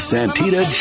Santita